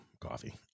coffee